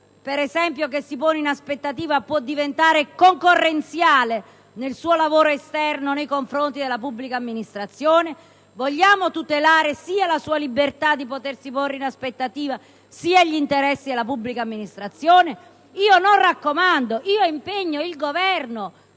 professionista che si pone in aspettativa può diventare concorrenziale nel suo lavoro esterno nei confronti della pubblica amministrazione? Vogliamo tutelare sia la sua libertà di mettersi in aspettativa, che gli interessi della pubblica amministrazione? Il mio intendimento